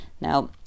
Now